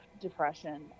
depression